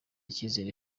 ikizere